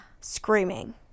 screaming